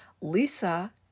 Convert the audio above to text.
lisa